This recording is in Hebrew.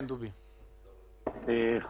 דובי אמיתי, נשיאות המגזר העסקי, בבקשה.